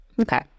Okay